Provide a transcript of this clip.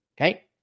Okay